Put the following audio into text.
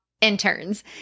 Interns